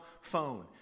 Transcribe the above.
phone